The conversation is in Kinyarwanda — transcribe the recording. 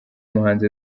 muhanzi